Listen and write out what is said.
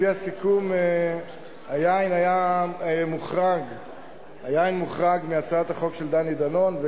על-פי הסיכום היין מוחרג מהצעת החוק של דני דנון,